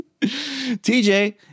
TJ